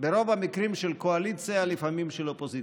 ברוב המקרים של הקואליציה, לפעמים של האופוזיציה.